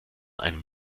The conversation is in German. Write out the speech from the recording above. einem